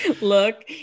Look